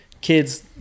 kids